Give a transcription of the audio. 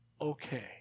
okay